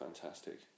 fantastic